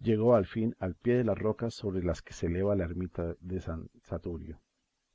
llegó al fin al pie de las rocas sobre las que se eleva la ermita de san saturio